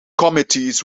committees